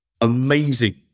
amazing